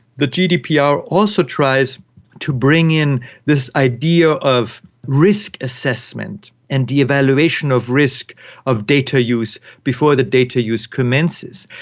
the gdpr also tries to bring in this idea of risk assessment and the evaluation of risk of data use before the data use commences,